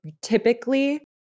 typically